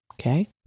okay